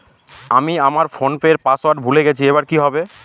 আমি আমার ফোনপের পাসওয়ার্ড ভুলে গেছি এবার কি হবে?